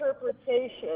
interpretation